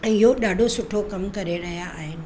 इहो ॾाढो सुठो कमु करे रहिया आहिनि